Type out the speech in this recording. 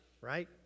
right